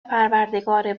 پروردگار